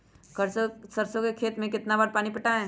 सरसों के खेत मे कितना बार पानी पटाये?